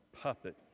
puppet